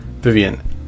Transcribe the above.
Vivian